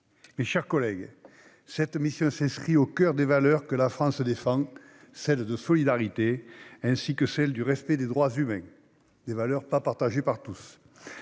mes chers collègues, cette mission s'inscrit au coeur des valeurs que la France défend, celles de solidarité et de respect des droits humains, des valeurs que tous